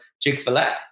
Chick-fil-A